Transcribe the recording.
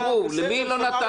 למי לא נתתי לדבר?